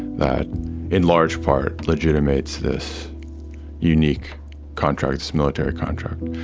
that in large part, legitimates this unique contract, this military contract.